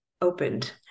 opened